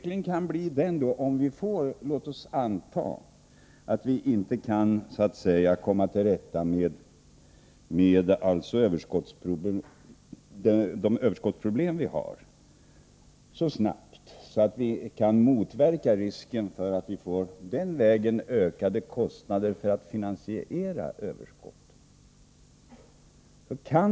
Låt oss anta att vi inte kommer till rätta med de överskottsproblem som vi har så snabbt att vi kan motverka risken att vi den vägen får ökade kostnader för att finansiera överskotten.